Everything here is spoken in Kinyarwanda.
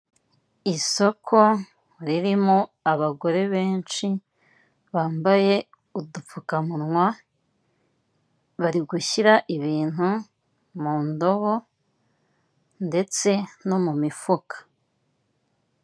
Isoko ririmo abagore benshi bambaye udupfukamunwa bari gushyira ibintu mu ndobo ndetse no mu mifuka.